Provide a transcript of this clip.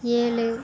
ஏழு